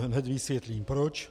Hned vysvětlím proč.